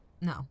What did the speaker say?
No